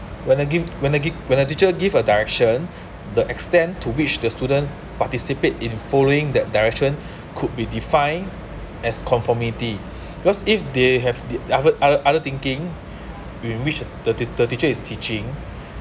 when the give when the giv~ when the teacher give a direction the extent to which the student participate in following that direction could be defined as conformity because if they have the other other other thinking whi~ which the tea~ the teacher is teaching